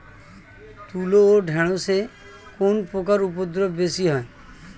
তুলো ও ঢেঁড়সে কোন পোকার উপদ্রব বেশি হয়?